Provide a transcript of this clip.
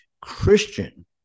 Christian